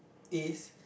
is